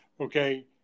Okay